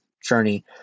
journey